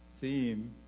theme